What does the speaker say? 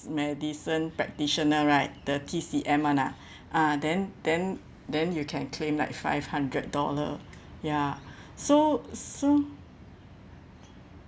medicine practitioner right the T_C_M [one] ah uh then then then you can claim like five hundred dollar ya so so